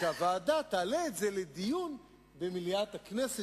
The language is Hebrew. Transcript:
שהוועדה תעלה את זה לדיון במליאת הכנסת,